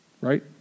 right